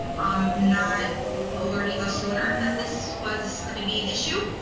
um, not alerting us sooner that this was gonna be an issue,